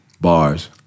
Bars